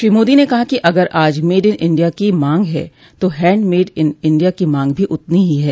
श्री मोदी ने कहा कि अगर आज मेड इन इंडिया की मांग है तो हैंड मेड इन इंडिया की मांग भी उतनी ही है